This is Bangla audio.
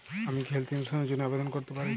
আমি কি হেল্থ ইন্সুরেন্স র জন্য আবেদন করতে পারি?